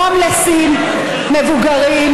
הומלסים מבוגרים,